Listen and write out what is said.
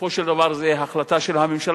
בסופו של דבר, זו החלטה של הממשלה.